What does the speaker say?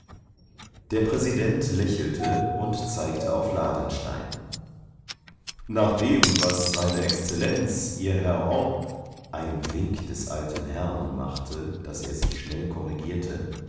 der präsident lächelte und zeigte auf ladenstein nach dem was seine exzellenz ihr herr o ein wink des alten herrn machte daß er sich schnell korrigierte